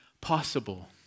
possible